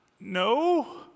no